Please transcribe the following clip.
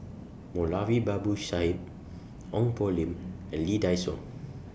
Moulavi Babu Sahib Ong Poh Lim and Lee Dai Soh